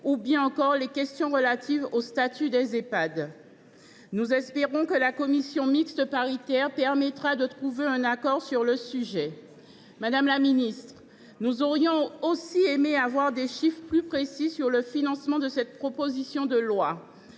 ou encore sur le statut des Ehpad. Nous espérons que la commission mixte paritaire trouvera un accord sur ces questions. Madame la ministre, nous aurions aussi aimé avoir des chiffres plus précis sur le financement de cette proposition de loi.